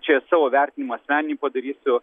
čia savo vertinimą senį padarysiu